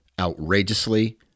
outrageously